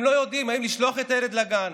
הם לא יודעים אם לשלוח את הילד לגן,